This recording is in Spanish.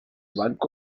banco